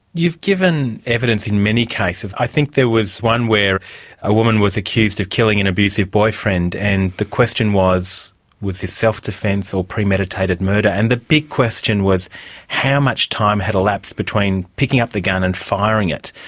you've given evidence in many cases. i think there was one where a woman was accused of killing an abusive boyfriend, and the question was was this self-defence or premeditated murder. and the big question was how much time had elapsed between picking up the gun and firing it.